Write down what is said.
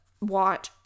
watch